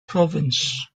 province